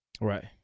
Right